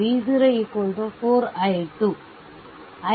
i2 i1 6